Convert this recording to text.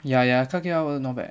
ya ya clarke quay outlet not bad